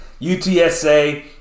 UTSA